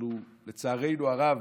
ולצערנו הרב,